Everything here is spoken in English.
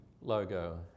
logo